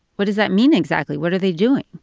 what does that mean exactly? what are they doing?